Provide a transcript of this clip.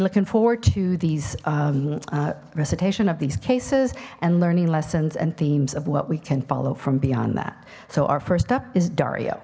looking forward to these recitation of these cases and learning lessons and themes of what we can follow from beyond that so our first up is dari